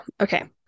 Okay